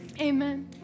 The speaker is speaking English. amen